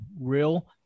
real